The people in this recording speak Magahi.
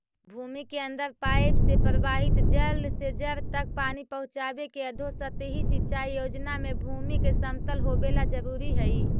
भूमि के अंदर पाइप से प्रवाहित जल से जड़ तक पानी पहुँचावे के अधोसतही सिंचाई योजना में भूमि के समतल होवेला जरूरी हइ